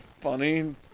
funny